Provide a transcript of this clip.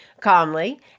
calmly